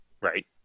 Right